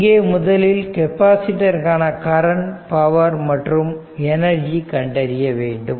இங்கே முதலில் கெப்பாசிட்டர் காண கரண்ட் பவர் மற்றும் எனர்ஜி கண்டறிய வேண்டும்